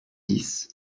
dix